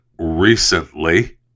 recently